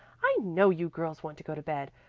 i know you girls want to go to bed.